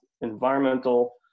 environmental